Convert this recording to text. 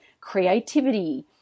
creativity